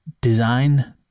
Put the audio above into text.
design